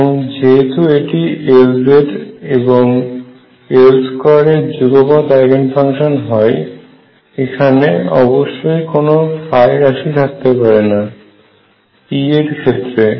এবং যেহেতু এটি Lz এবং L2 এর যুগপৎ আইগেন ফাংশন হয় এখানে অবশ্যই কোনো রাশি থাকতে পারে না P এর ক্ষেত্রে